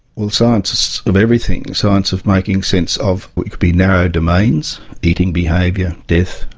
well science of everything, science of making sense of what could be narrow domains eating behaviour, death,